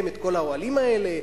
את כל האוהלים האלה,